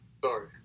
Sorry